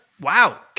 wow